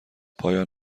پایان